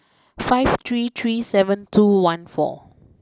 five three three seven two one four